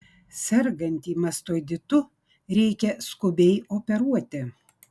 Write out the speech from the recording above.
sergantį mastoiditu reikia skubiai operuoti